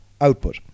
output